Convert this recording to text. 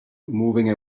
moving